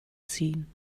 ziehen